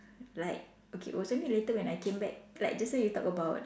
like okay was only later when I came back like just now you talk about